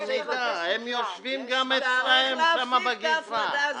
צריך להפסיק את ההפרדה הזאת.